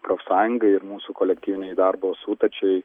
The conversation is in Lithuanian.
profsąjungai ir mūsų kolektyvinei darbo sutarčiai